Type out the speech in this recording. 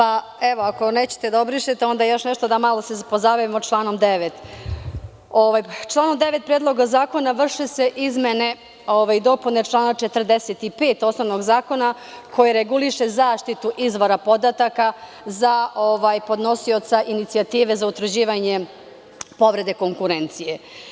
Ako nećete da obrišete, onda da se još malo pozabavimo članom 9. U članu 9. Predloga zakona vrše se izmene i dopune člana 45. osnovnog zakona, koji reguliše zaštitu izvora podataka za podnosioca inicijative za utvrđivanje povrede konkurencije.